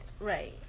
Right